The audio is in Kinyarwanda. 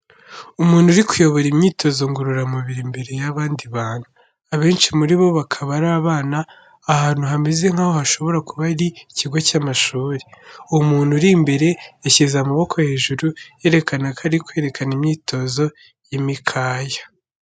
Umuntu uri kuyobora imyitozo ngororamubiri imbere y’abandi bantu. Abenshi muri bo bakaba ari abana, ahantu hameze nkaho hashobora kuba ari ikigo cy’amashuri. Uwo muntu uri imbere, yashyize amaboko hejuru, yerekana ko ari kwerekana imyitozo y’imikaya.